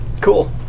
Cool